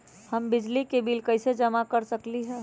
हम बिजली के बिल कईसे जमा कर सकली ह?